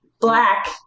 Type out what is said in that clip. Black